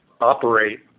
operate